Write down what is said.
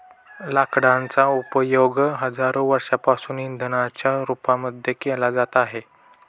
लाकडांचा उपयोग हजारो वर्षांपासून इंधनाच्या रूपामध्ये केला जात आहे